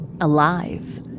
alive